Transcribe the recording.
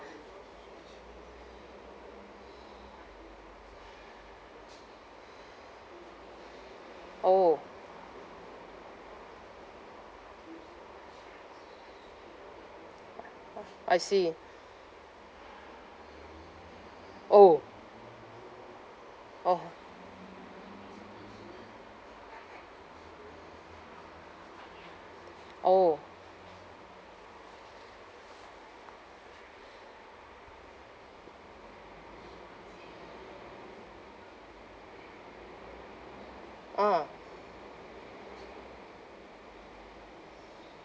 orh I see orh orh orh ah